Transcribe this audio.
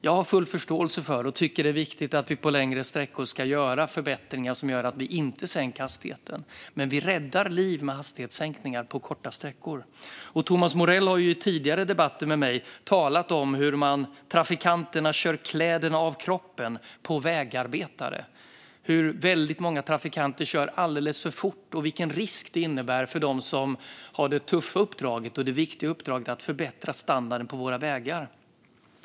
Jag har full förståelse och tycker själv att man på längre sträckor ska göra förbättringar som gör att vi inte sänker hastigheten. Men man räddar liv med hastighetssänkningar på korta sträckor. Thomas Morell har i tidigare debatter med mig talat om hur trafikanterna kör kläderna av kroppen på vägarbetare. Han har framhållit att många trafikanter kör alldeles för fort och vilken risk det innebär för dem som har det tuffa och viktiga uppdraget att förbättra standarden på våra vägar.